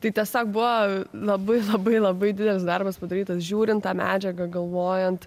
tai tiesiog buvo labai labai labai didelis darbas padarytas žiūrint tą medžiagą galvojant